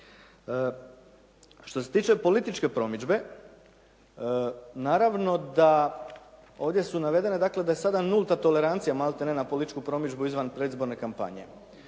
Što se tiče političke promidžbe naravno da ovdje su navedena dakle da je sada nulta tolerancija maltene na političku promidžbu izvan predizborne kampanje.